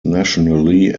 nationally